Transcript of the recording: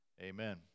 Amen